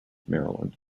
maryland